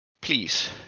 Please